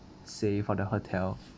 say for the hotel